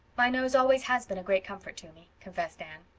my nose always has been a great comfort to me, confessed anne.